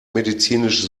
medizinisch